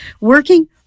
working